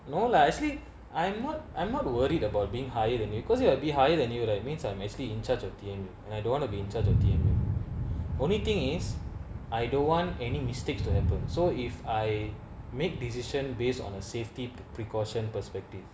no lah actually I'm not I'm not too worried about being higher than you cause you will be higher than you that means I'm actually in charge of theme and I don't wanna be in charge in theme the only thing is I don't want any mistakes to happen so if I make decisions based on a safety precaution perspective